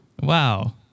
wow